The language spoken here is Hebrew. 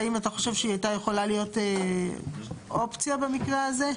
האם אתה חושב שהיא הייתה יכולה להיות אופציה במקרה הזה?